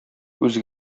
күз